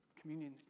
communion